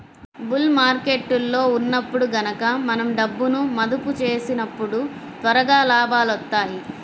bull మార్కెట్టులో ఉన్నప్పుడు గనక మనం డబ్బును మదుపు చేసినప్పుడు త్వరగా లాభాలొత్తాయి